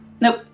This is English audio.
nope